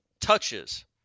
touches